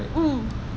mmhmm